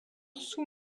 sous